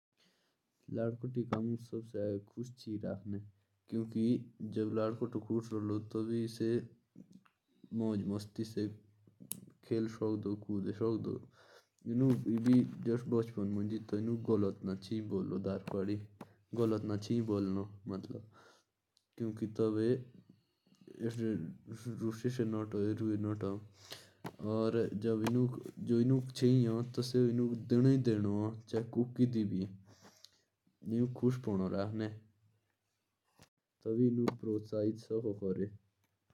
जो बच्चे होते ह ना, उन्हे खुश करने के लिए ना, पहले तो उन्हें जो चीज़ चाहिए वो दिलानी चाहिए। और उन्हें बुरा भला नहीं बोलना चाहिए।